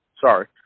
Sorry